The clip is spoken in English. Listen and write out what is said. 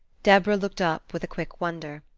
deborah looked up with a quick wonder.